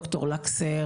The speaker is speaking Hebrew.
דוקטור לקסר